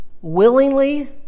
willingly